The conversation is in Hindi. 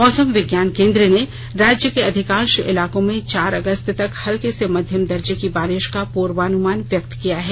मौसम विज्ञान केन्द्र ने राज्य के अधिकांश इलाकों में चार अगस्त तक हल्के से मध्यम दर्जे की बारिश का पूर्वानुमान व्यक्त किया है